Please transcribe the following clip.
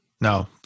No